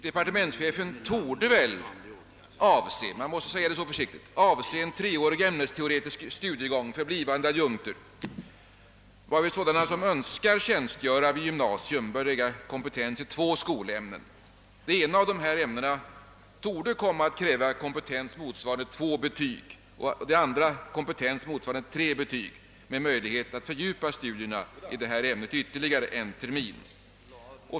Departementschefen torde väl avse — man måste uttrycka sig så försiktigt — en treårig ämnesteoretisk studiegång för blivande adjunkter, varvid sådana som önskar tjänstgöra vid gymnasium bör äga kompetens i två skolämnen. Det ena av dessa ämnen torde komma att kräva kompetens, motsvarande två betyg, och det andra sådan, motsvarande tre betyg, med möjlighet att fördjupa studierna i ämnet under ytterligare en termin.